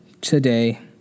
today